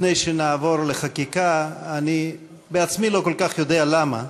לפני שנעבור לחקיקה, אני עצמי לא כל כך יודע למה,